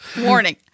Warning